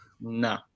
No